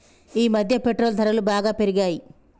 ఈమధ్య పెట్రోల్ ధరలు బాగా పెరిగాయి